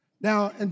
Now